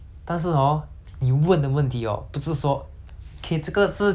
K 这个是脚要起来吗 mm 你问这样白痴的问题